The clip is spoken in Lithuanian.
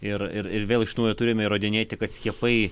ir ir ir vėl iš naujo turime įrodinėti kad skiepai